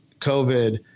COVID